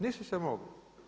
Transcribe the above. Nisu se mogli.